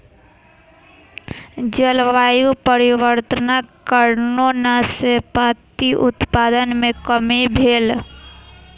जलवायु परिवर्तनक कारणेँ नाशपाती उत्पादन मे कमी भेल